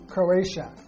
Croatia